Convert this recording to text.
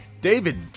David